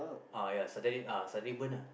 uh ya Saturday uh Saturday burn ah